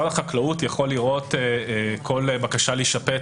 האם משרד החקלאות יוכל לראות כל בקשה להישפט